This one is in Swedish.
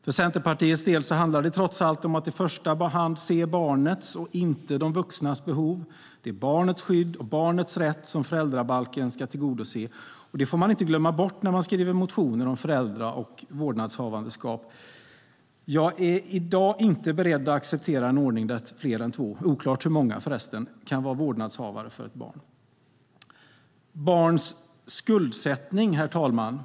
För Centerpartiets del handlar det trots allt om att i första hand se barnets och inte de vuxnas behov. Det är barnets skydd och barnets rätt som föräldrabalken ska tillgodose, och det får man inte glömma bort när man skriver motioner om föräldra och vårdnadshavarskap. Jag är i dag inte beredd att acceptera en ordning där fler än två, oklart hur många förresten, kan vara vårdnadshavare för ett barn. Herr talman!